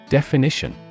Definition